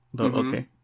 Okay